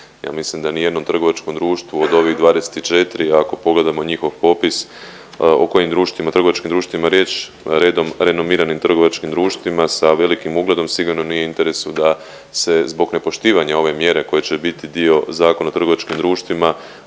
Ja mislim da ni jednom trgovačkom društvu od ovih 24 ako pogledamo njihov popis o kojim društvima, trgovačkim društvima riječ redom renomiranim trgovačkim društvima sa velikim ugledom sigurno nije u interesu da se zbog nepoštivanja ove mjere koje će biti dio Zakona o trgovačkim društvima